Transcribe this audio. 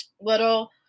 little